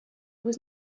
was